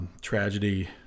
Tragedy